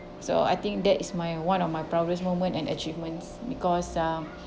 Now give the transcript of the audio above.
so I think that is my one of my proudest moment and achievements because um